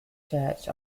church